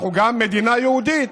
אנחנו גם מדינה יהודית,